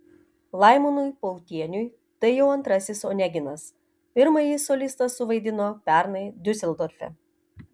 laimonui pautieniui tai jau antrasis oneginas pirmąjį solistas suvaidino pernai diuseldorfe